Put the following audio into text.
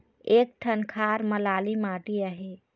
एक ठन खार म लाली माटी आहे?